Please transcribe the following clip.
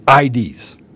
ids